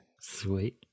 Sweet